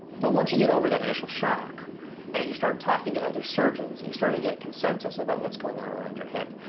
but once you get over that initial shock and you start talking to other surgeons and you start to get a consensus about what's going on around your hip,